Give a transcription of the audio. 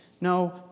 No